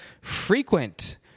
frequent